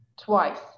twice